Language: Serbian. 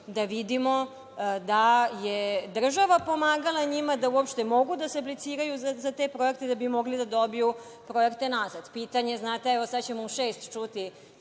da vidimo da je država pomagala njima da uopšte mogu da apliciraju za te projekte, da bi mogli da dobiju projekte nazad. Čućemo sada u šest,